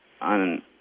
On